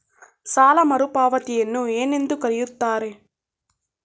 ಸಾಲ ಮರುಪಾವತಿಯನ್ನು ಏನೆಂದು ಕರೆಯುತ್ತಾರೆ?